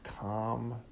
calm